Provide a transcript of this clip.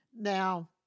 Now